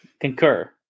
Concur